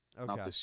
Okay